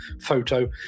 photo